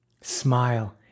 Smile